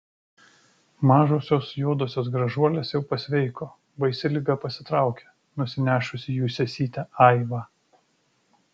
mažosios juodosios gražuolės jau pasveiko baisi liga pasitraukė nusinešusi jų sesytę aivą